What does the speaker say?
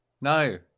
no